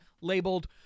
labeled